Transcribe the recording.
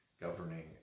governing